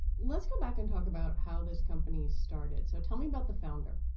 let's go back and talk about how this company started. so tell me about the founder.